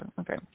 Okay